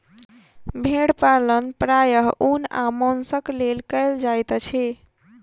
भेड़ पालन प्रायः ऊन आ मौंसक लेल कयल जाइत अछि